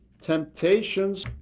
temptations